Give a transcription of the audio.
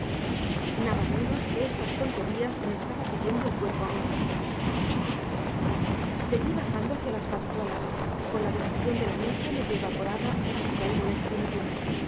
nada menos que estas tonterías me estaba pidiendo el cuerpo a mí seguí bajando hacia las pascualas con la devoción de la misa medio evaporada y distraído el espíritu